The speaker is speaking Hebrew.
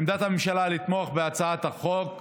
עמדת הממשלה היא לתמוך בהצעת החוק.